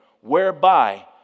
whereby